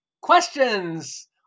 Questions